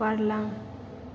बारलां